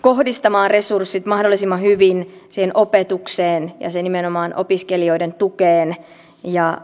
kohdistamaan resurssit mahdollisimman hyvin opetukseen ja nimenomaan opiskelijoiden tukeen